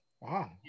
wow